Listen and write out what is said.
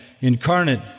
incarnate